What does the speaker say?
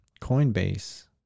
Coinbase